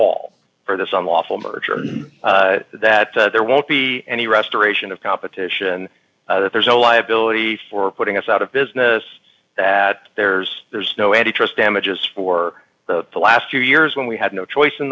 all for this unlawful merger and that there won't be any restoration of competition that there's a liability for putting us out of business that there's there's no any trust damages for the last few years when we had no choice in